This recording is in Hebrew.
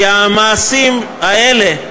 כי המעשים האלה,